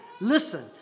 Listen